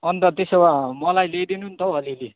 अन्त त्यसो भए मलाई ल्याइदिनु नि त हौ अलिअलि